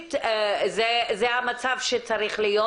שאידיאלית זה המצב שצריך להיות.